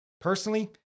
Personally